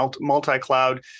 multi-cloud